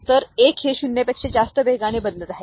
तर 1 हे 0 पेक्षा जास्त वेगाने बदलत आहे